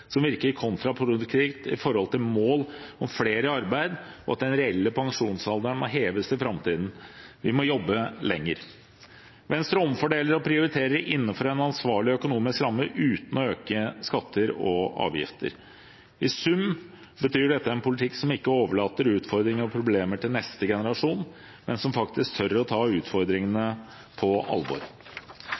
som virker kontraproduktivt i forhold til mål om flere i arbeid, og at den reelle pensjonsalderen må heves i framtiden. Vi må jobbe lenger. Venstre omfordeler og prioriterer innenfor en ansvarlig økonomisk ramme uten å øke skatter og avgifter. I sum betyr dette en politikk som ikke overlater utfordringer og problemer til neste generasjon, men som faktisk tør å ta utfordringene på alvor.